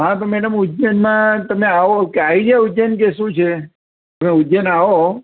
હાં તો મેડમ ઉજ્જૈનમાં તમે આવો કે અહીં ગયાં ઉજ્જૈન કે શું છે તમે ઉજ્જૈન આવો